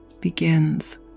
begins